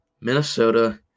Minnesota